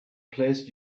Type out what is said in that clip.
placed